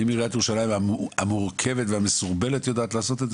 אם עיריית ירושלים המורכבת והמסורבלת יודעת לעשות את זה,